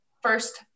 first